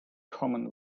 common